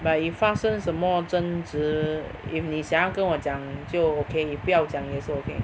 but you 发生什么争执 if 你想要跟我讲就 okay if 不要讲也是 okay